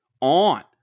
on